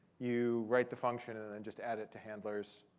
you write the function, and then just add it to handlers,